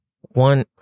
One